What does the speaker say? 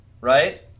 right